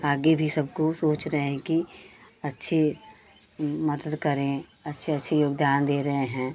आगे भी सबको सोच रहे हैं कि अच्छे मदद करें अच्छे अच्छे योगदान दे रहे हैं